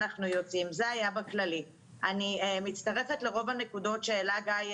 אני רוצה שהם ישיבו לך על הנקודות הספציפיות של המודל.